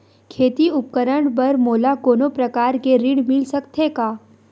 खेती उपकरण बर मोला कोनो प्रकार के ऋण मिल सकथे का?